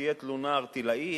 שתהיה תלונה ערטילאית,